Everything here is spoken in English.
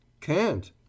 Can't